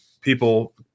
people